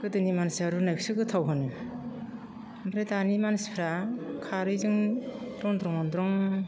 गोदोनि मानसिया रुनायखौसो गोथाव होनो ओमफ्राय दानि मानसिफ्रा खारैजों दन्द्रं मनद्रं